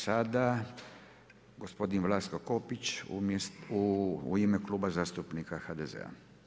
Sada gospodin Vlatko Kopić u ime Kluba zastupnika HDZ-a.